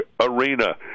Arena